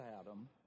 Adam